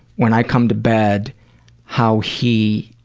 when i come to bed how he,